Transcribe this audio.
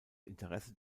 interesse